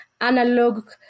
analog